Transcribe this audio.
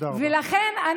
תודה רבה.